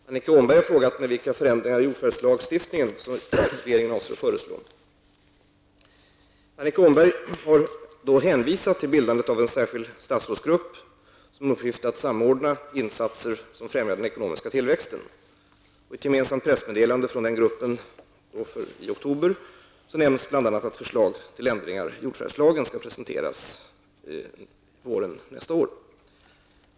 Herr talman! Annika Åhnberg har frågat mig vilka förändringar i jordförvärvslagstiftningen regeringen avser föreslå. Annika Åhnberg har härvid hänvisat till bildandet av en särskild statsrådsgrupp med uppgift att samordna insatser som främjar den ekonomiska tillväxten. I ett gemensamt pressmeddelande från statsrådsgruppen den 26 oktober 1990 nämns bl.a. att förslag till ändringar i jordförvärvslagen skall presenteras våren 1991.